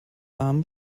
armen